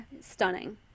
stunning